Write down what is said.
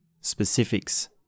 specifics